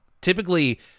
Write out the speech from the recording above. Typically